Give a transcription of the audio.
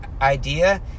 idea